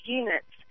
units